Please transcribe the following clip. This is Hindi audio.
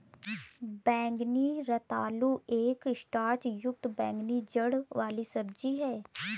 बैंगनी रतालू एक स्टार्च युक्त बैंगनी जड़ वाली सब्जी है